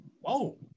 whoa